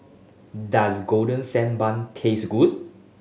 does Golden Sand Bun taste good